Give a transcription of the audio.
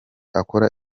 akora